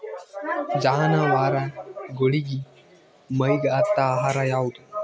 ಜಾನವಾರಗೊಳಿಗಿ ಮೈಗ್ ಹತ್ತ ಆಹಾರ ಯಾವುದು?